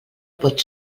pot